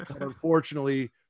Unfortunately